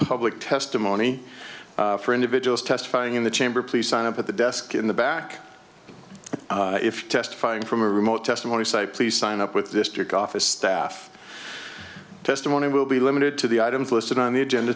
public testimony for individuals testifying in the chamber please sign up at the desk in the back if testifying from a remote testimony site please sign up with district office staff testimony will be limited to the items listed on the agenda